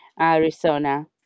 Arizona